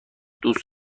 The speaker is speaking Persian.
دوست